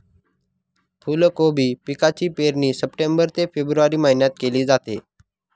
फुलकोबी पिकाची पेरणी सप्टेंबर ते फेब्रुवारी महिन्यात केली जाते